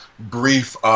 Brief